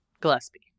Gillespie